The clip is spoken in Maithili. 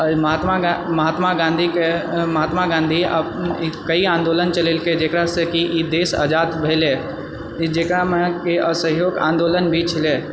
महात्मा गा महात्मा गाँधीकेँ महात्मा गाँधी कई आन्दोलन चलेलकै जेकरासँ कि ई देश आजाद भेलै जेकरामे कि असहयोग आन्दोलन भी छलै हँ